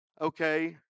Okay